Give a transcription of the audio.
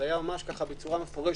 זה היה בצורה מפורשת.